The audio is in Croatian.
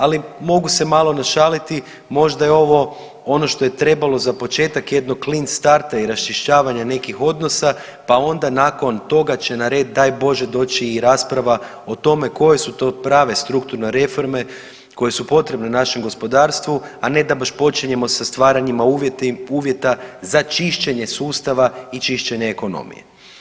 Ali mogu se malo našaliti, možda je ovo ono što je trebalo za početak jednog clean starta i raščišćavanja nekih odnosa, pa onda nakon toga će na red daj bože doći i rasprava o tome koje su to prave strukturne reforme koje su potrebne našem gospodarstvu, a ne da baš počinjemo sa stvaranjima uvjeta za čišćenje sustava i čišćenje ekonomije.